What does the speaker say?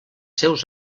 seus